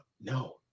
No